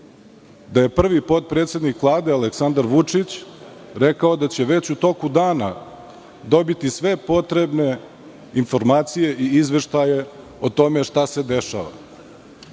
da je prvi potpredsednik Vlade Aleksandar Vučić rekao da će već u toku dana dobiti sve potrebne informacije i izveštaje o tome šta se